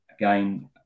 Again